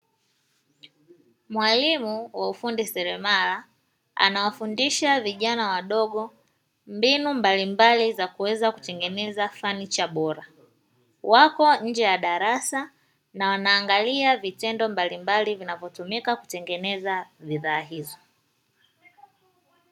Mwalimu wa ufundi seremala anawafundisha vijana wadogo mbinu mbalimbali za kuweza kutengeneza fanicha bora. wako nje ya darsa na wanaangalia vitendo mbalimbali vinatotumika kutengeneza bidhaa hizo.